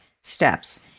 steps